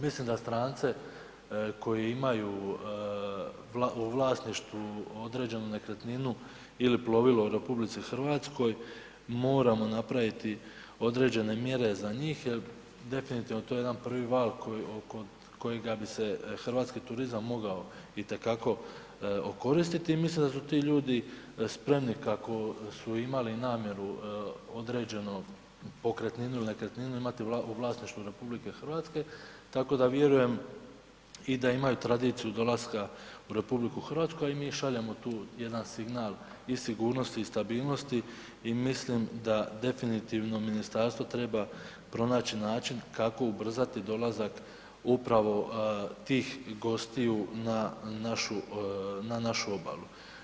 Mislim da strance koji imaju u vlasništvu određenu nekretninu ili plovilo u RH moramo napraviti određene mjere za njih jer definitivno to je jedan prvi val kod kojega bi se hrvatski turizam mogao itekako okoristiti i mislim da su ti ljudi spremni kako su imali namjeru određenu pokretninu ili nekretninu imati u vlasništvu RH, tako da vjerujem da imaju i tradiciju dolaska u RH, a i mi šaljemo tu jedan signal i sigurnosti i stabilnosti i mislim da definitivno ministarstvo treba pronaći način kako ubrzati dolazak upravo tih gostiju na našu, na našu obalu.